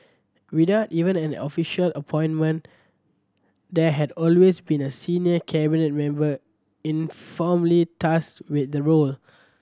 without even an official appointment there had always been a senior Cabinet member informally tasked with the role